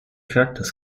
charakters